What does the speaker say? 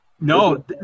No